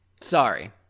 Sorry